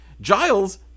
Giles